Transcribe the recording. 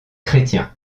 chrétiens